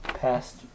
past